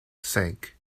sank